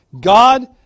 God